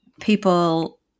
people